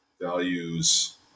values